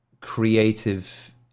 creative